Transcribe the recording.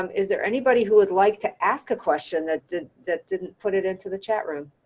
um is there anybody who would like to ask a question that didn't that didn't put it into the chat room?